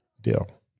deal